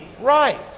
right